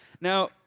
Now-